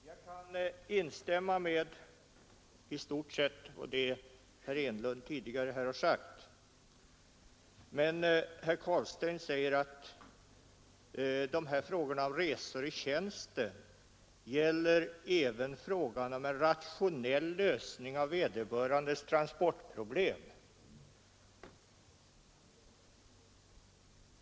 Herr talman! Herr Carlsteins försvar i denna fråga är rätt egendomligt. Jag kan i stort sett instämma i det herr Enlund tidigare har sagt, men herr Carlstein säger att frågan om resor i tjänsten gäller även frågan om en rationell lösning av vederbörandes tranportproblem.